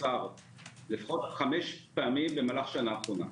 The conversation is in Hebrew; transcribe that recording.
לפחות חמש פעמים בשנה האחרונה.